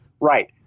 Right